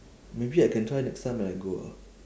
maybe I can try next time when I go ah